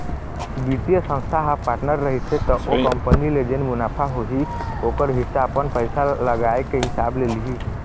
बित्तीय संस्था ह पार्टनर रहिथे त ओ कंपनी ले जेन मुनाफा होही ओखर हिस्सा अपन पइसा लगाए के हिसाब ले लिही